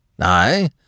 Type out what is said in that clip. I